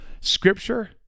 Scripture